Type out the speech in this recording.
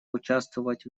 участвовать